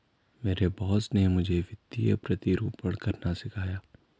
मेरे बॉस ने मुझे वित्तीय प्रतिरूपण करना सिखाया